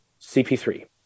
CP3